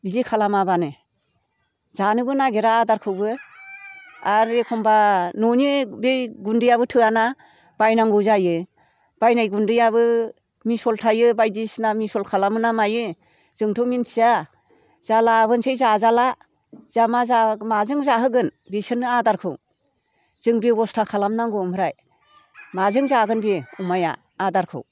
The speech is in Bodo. बिदि खालामाब्लानो जानोबो नागिरा आदारखौबो आरो एखमब्ला न'नि बे गुन्दैयाबो थोआना बायनांगौ जायो बायनाय गुन्दैयाबो मिसल थायो बायदिसिना मिसल खालामो ना मायो जोंथ' मिथिया जाहा लाबोनोसै जाजाला माजों जाहोगोन बिसोरनो आदारखौ जों बेबास्था खालामनांगौ ओमफ्राय माजों जागोन बियो अमाया आदारखौ